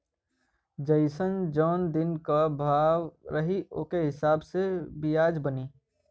जइसन जौन दिन क भाव रही ओके हिसाब से बियाज बनी